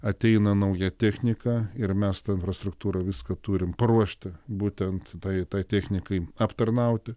ateina nauja technika ir mes tą infrastruktūrą viską turim paruošti būtent tai tai technikai aptarnauti